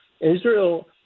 Israel